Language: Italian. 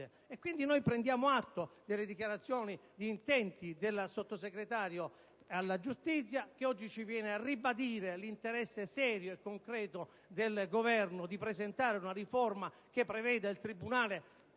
Prendiamo pertanto atto delle dichiarazioni di intenti della Sottosegretaria per la giustizia, che oggi ci viene a ribadire l'interesse serio e concreto del Governo a presentare una riforma che preveda il tribunale